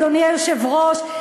אדוני היושב-ראש,